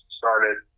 started